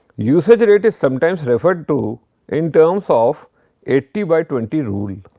usage rate is sometimes referred to in terms of eighty by twenty rule.